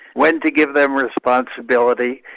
when to give them responsibility,